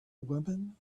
women